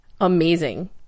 amazing